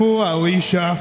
Alicia